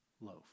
loaf